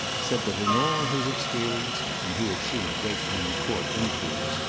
said that in all his experience, and he had seen a great many court intrigues,